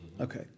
Okay